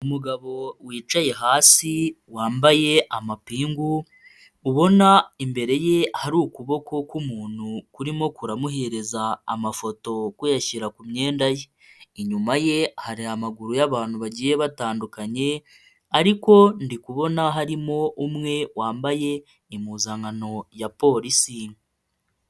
Umugabo wicaye hasi wambaye amapingu ubona imbere ye hari ukuboko k'umuntu kurimo kuramuhereza amafoto kuyashyira ku myenda ye, inyuma ye hari amaguru y'abantu bagiye batandukanye ariko ndikubona harimo umwe wambaye impuzankano ya polisi.